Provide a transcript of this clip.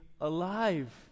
alive